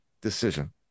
decision